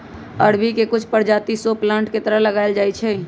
अरबी के कुछ परजाति शो प्लांट के तरह लगाएल जाई छई